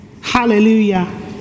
Hallelujah